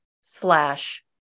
slash